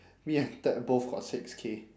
me and ted both got six K